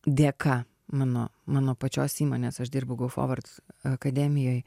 dėka mano mano pačios įmonės aš dirbu go foward akademijoj